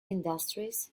industries